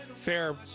Fair